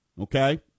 Okay